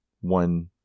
one